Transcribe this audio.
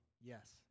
Yes